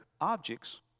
objects